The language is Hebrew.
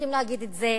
וצריכים להגיד את זה,